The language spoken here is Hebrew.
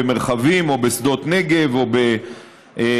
במרחבים או בשדות נגב או בלכיש.